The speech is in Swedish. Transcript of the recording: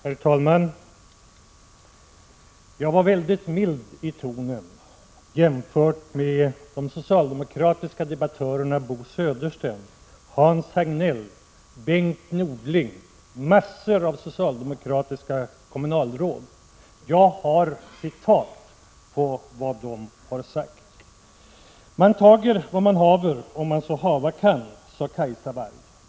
Herr talman! Jag var väldigt mild i tonen, jämfört med de socialdemokratiska debattörerna Bo Södersten, Hans Hagnell, Bengt Norling och mängder av socialdemokratiska kommunalråd. Jag har citat på vad de har sagt. ”Man tager vad man haver, om man så hava kan”, sade Cajsa Warg.